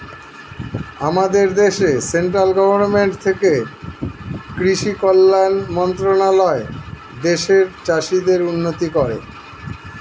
আমাদের দেশে central government থেকে কৃষি কল্যাণ মন্ত্রণালয় দেশের চাষীদের উন্নতি করে